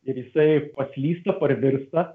ir jisai paslysta parvirsta